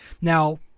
Now